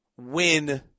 win